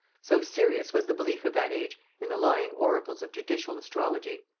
so serious was the belief of that age in the lying oracles of judicial astrology!